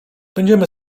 będziemy